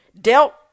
dealt